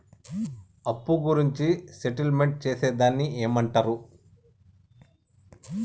అప్పు గురించి సెటిల్మెంట్ చేసేదాన్ని ఏమంటరు?